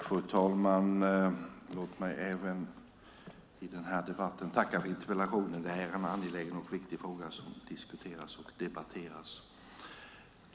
Fru talman! Låt mig även i denna debatt tacka för interpellationen. Det är en angelägen och viktig fråga som diskuteras och debatteras. Fru talman!